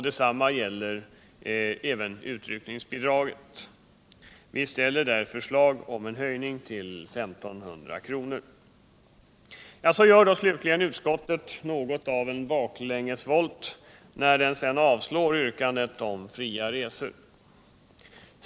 Detsamma gäller även utryckningsbidraget. Vi ställer där förslaget om en höjning till 1 500 kr. Utskottet gör något av en baklängesvolt när den avslår yrkandet om fria resor.